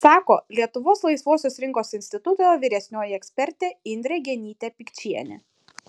sako lietuvos laisvosios rinkos instituto vyresnioji ekspertė indrė genytė pikčienė